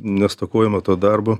nestokojama to darbo